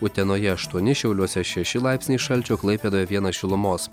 utenoje aštuoni šiauliuose šeši laipsniai šalčio klaipėdoje vienas šilumos